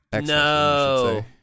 no